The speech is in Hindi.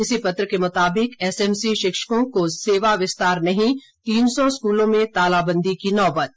इसी समाचार पत्र के मुताबिक एसएमसी शिक्षकों को सेवा विस्तार नहीं तीन सौ स्कूलों में तालाबंदी की नौबत